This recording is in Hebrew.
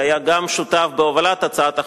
שהיה גם שותף בהובלת הצעת החוק,